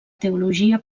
teologia